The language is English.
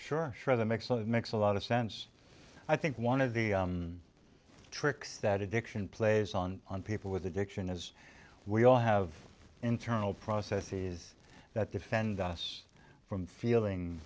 sure sure that makes a lot of makes a lot of sense i think one of the tricks that addiction plays on on people with addiction is we all have internal processes that defend us from feeling